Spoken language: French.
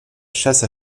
chasse